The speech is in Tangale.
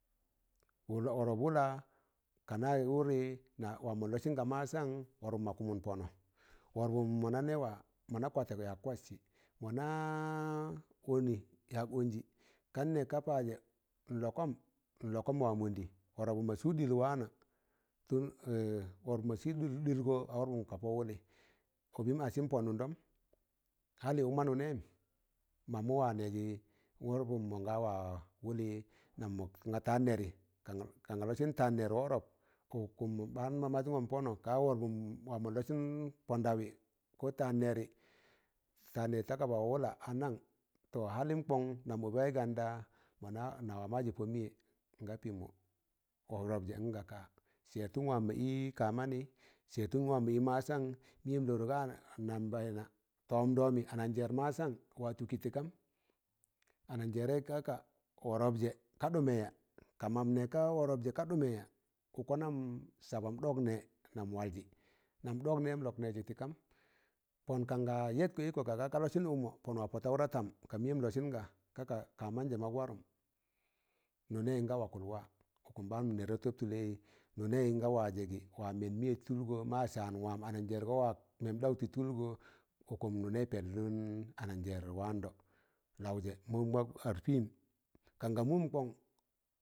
Wul wọrọp wụla, ka na wụlị na wam man lọsịn ga masan wọrbụn ma kụmụn pọnọ, wọrbụm mana nẹ wa, mọ na kwatẹ yak kwatsị, mọ naa ọnị yaag ọnjị, kan nẹg ka pajẹ n'lọkọm, n'lọkọm wa mọndị wọrbụm mọ sụụd ɗịl waana wọrbụm mọ sụụd ɗịlgọ a wọrbụm ka pọwụlị, ọbịm asịn pọ nụndọm, hali uk ma nụnẹyịm, mamụ wa nẹjị a wọrbụm mọ ga wa wụlị nam mọ ga taan nẹrị, kan ga lọsịn taan nẹr wọrọp, ụkụm ɓaan man mazụngọn pọnọ. Ka wọrpụnwam mọn lọsịn pọndọwị ko tan nẹrị tan nẹrị ta kaba wụla anang? tọ halim kọng nam ọbịwaị ganda nawa mazị pọ mịyẹ. nga pịmọ wọrọpjẹ ngaka? sẹẹrtụm wam mọ i ka- manị, sẹẹrtụn wam i masan, miyem lọrọ ga anambẹẹna tọọmɗọmị ananjẹẹr masan watụkị tị kam, ananjẹẹrẹị ka ka wọrọp jẹ ka ɗụmẹ ya? ka mam nẹg ka worop je ka ɗụmẹ ya ukom nam sabam ɗok ne nam walji, nam ɗọk nẹ nam lọk nẹẹjị tị kam pọn kan ga yẹrụk ịkọ ka ga ka lọsịn ụkmọ pọn wa pọtaụ da tam, ka mịyẹm lọsịn ga ka, ka manjẹ mọk warụm, nụnẹị na wakụl wa, ụkụm ɓaan n nẹg da tọb tụlẹị nụnẹị nga waji je wa lẹkụt mịyẹm tụlgọ, ma san wam, ananjẹẹrgọ wa memɗau ti tulgo, ụkụm nụnẹị pẹplụn ananjẹẹr waandọ, lauje ɗam mọk ad pịm kan ga mụm kọng.